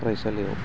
फरायसालियाव